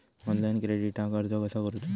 Online क्रेडिटाक अर्ज कसा करुचा?